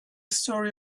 story